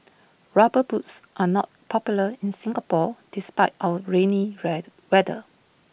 rubber boots are not popular in Singapore despite our rainy red weather